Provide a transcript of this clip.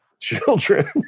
children